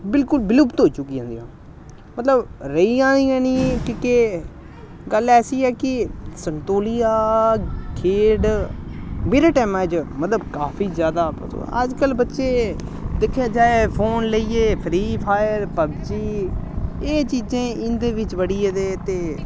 बिल्कुल विलुप्त होई चुकी दियां मतलब रेही हियां निं कि की गल्ल ऐसी ऐ कि संतोलिया खेढ मेरे टैमा च मतलब काफी जैदा अजकल्ल बच्चे दिक्खेआ जाए फोन लेइयै फ्री फायर पबजी एह् चीजें इं'दे बिच्च बड़ी गेदे ते